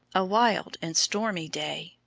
a wild and stormy day.